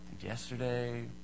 yesterday